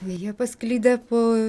jie pasklidę po